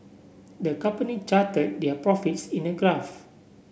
the company charted their profits in a graph